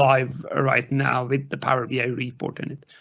live ah right now with the power bi report. in it,